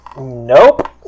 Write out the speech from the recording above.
Nope